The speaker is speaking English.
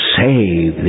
save